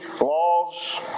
laws